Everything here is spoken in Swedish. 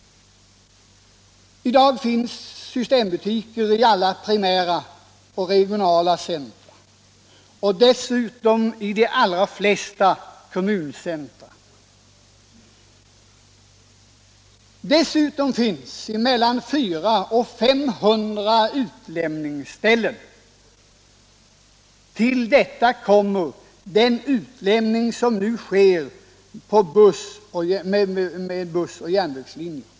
I dag finns det systembutiker i alla primära och regionala centra och dessutom i de allra flesta kommuncentra. Dessutom finns det mellan 400 och 500 utlämningsställen. Härtill kommer den utlämning som nu sker på bussoch järnvägslinjer.